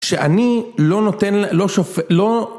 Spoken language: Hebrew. שאני לא נותן, לא שופט, לא